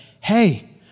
hey